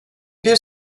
bir